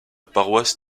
paroisse